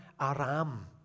Aram